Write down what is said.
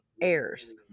heirs